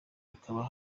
hakaba